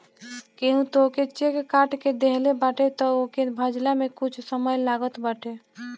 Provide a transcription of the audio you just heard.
केहू तोहके चेक काट के देहले बाटे तअ ओके भजला में कुछ समय लागत बाटे